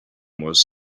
was